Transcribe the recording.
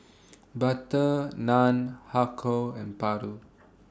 Butter Naan Har Kow and Paru